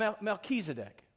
Melchizedek